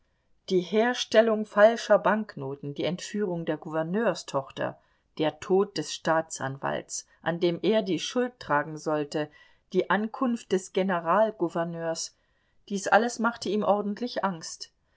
die herstellung falscher banknoten die entführung der gouverneurstochter der tod des staatsanwalts an dem er die schuld tragen sollte die ankunft des generalgouverneurs dies alles machte ihm ordentlich angst